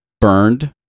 Burned